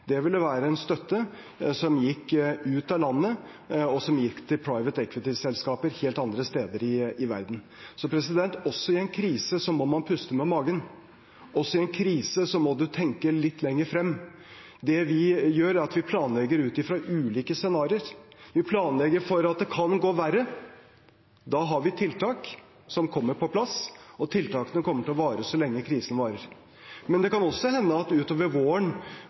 helt andre steder i verden. Så også i en krise må man puste med magen. Også i en krise må man tenke litt lenger frem. Det vi gjør, er at vi planlegger ut ifra ulike scenarioer. Vi planlegger for at det kan gå verre. Da har vi tiltak som kommer på plass, og tiltakene kommer til å vare så lenge krisen varer. Men det kan også hende at smittetiltakene kan lempes på utover våren